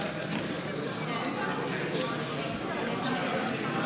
בדבר הפחתת תקציב לא נתקבלו.